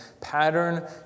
Pattern